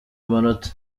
amanota